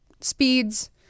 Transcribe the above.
speeds